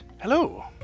hello